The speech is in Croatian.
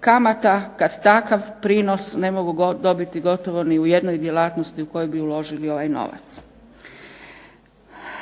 kamata kad takav prinos ne mogu dobiti gotovo ni u jednoj djelatnosti u kojoj bi uložili ovaj novac.